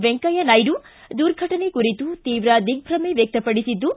ವೆಂಕಯ್ಯ ನಾಯ್ದು ದುರ್ಘಟನೆ ಕುರಿತು ತೀರ್ವ ದಿಗ್ಗಮೆ ವ್ವಕ್ತಪಡಿಸಿದ್ದು